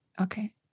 Okay